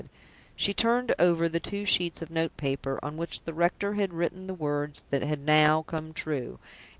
she turned over the two sheets of note-paper on which the rector had written the words that had now come true,